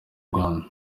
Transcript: rwanda